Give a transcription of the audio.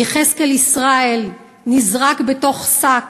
יחזקאל ישראל, נזרק בתוך שק